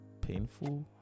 painful